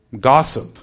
Gossip